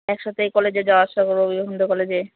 একসাথেই কলেজে যাওয়া আসা করবো বিবেকানন্দ কলেজে